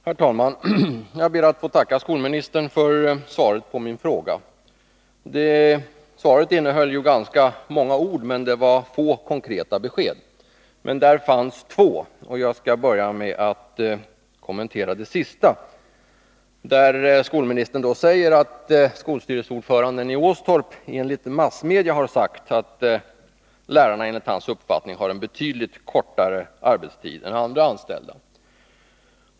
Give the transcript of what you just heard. Herr talman! Jag ber att få tacka skolministern för svaret på min fråga. Svaret innehöll ju ganska många ord, men det gav få konkreta besked. Men där fanns två, och jag skall börja med att kommentera det sista. Skolministern säger att skolstyrelseordföranden i Åstorp enligt massmedia har sagt att lärarna enligt hans uppfattning har en betydligt kortare arbetstid än andra anställda.